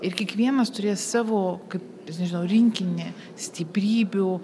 ir kiekvienas turės savo kaip nežinau rinkinį stiprybių